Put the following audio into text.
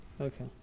okay